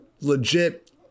legit –